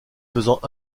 faisant